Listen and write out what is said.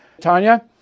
Tanya